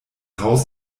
haus